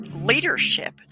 leadership